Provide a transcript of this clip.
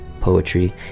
poetry